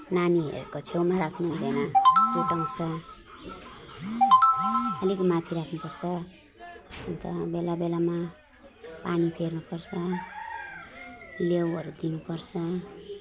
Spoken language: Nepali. नानीहरूको छेेउमा राख्नुहुँदैन फुटाउँछ अलिक माथि राख्नुपर्छ अन्त बेला बेलामा पानी फेर्नुपर्छ लेउहरू दिनुपर्छ